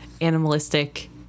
animalistic